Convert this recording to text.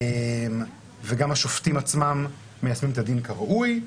וגם השופטים עצמם מיישמים את הדין כראוי.